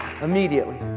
Immediately